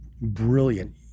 brilliant